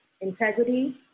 integrity